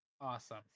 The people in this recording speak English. Awesome